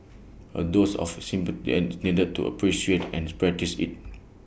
A dose of is needed to appreciate and practice IT